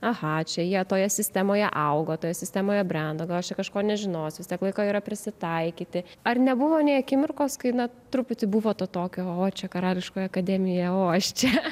aha čia jie toje sistemoje augo toje sistemoje brendo gal aš čia kažko nežinosiu vis tiek laiko yra prisitaikyti ar nebuvo nė akimirkos kai na truputį buvo to tokio o čia karališkoji akademija o aš čia